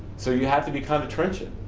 so, you have to be kind of trenching.